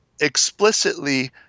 explicitly